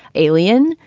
alien,